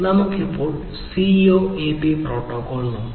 നമുക്ക് ഇപ്പോൾ CoAP protocol നോക്കാം